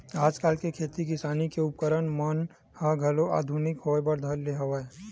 आजकल के खेती किसानी के उपकरन मन ह घलो आधुनिकी होय बर धर ले हवय